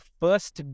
first